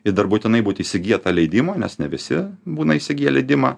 i dar būtinai būt įsigiję tą leidimą nes ne visi būna įsigiję leidimą